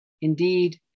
Indeed